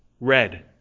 red